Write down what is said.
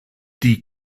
die